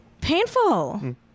Painful